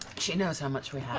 she knows how much we have.